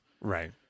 Right